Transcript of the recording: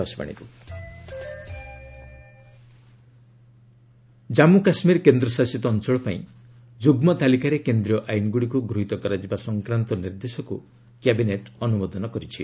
cabinet Jammu Kashmir କେନ୍ଦ୍ରଶାସିତ ଅଞ୍ଚଳ ପାଇଁ ଯୁଗ୍ମ ତାଲିକାରେ କେନ୍ଦ୍ରୀୟ ଆଇନ୍ଗୁଡ଼ିକୁ ଗୃହିତ କରାଯିବା ସଂକ୍ରାନ୍ତ ନିର୍ଦ୍ଦେଶକୁ କ୍ୟାବିନେଟ୍ ଅନୁମୋଦନ କରିଛି